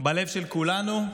בלב של כולנו.